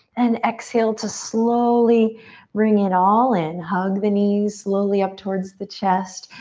and exhale to slowly bring it all in. hug the knees slowly up towards the chest.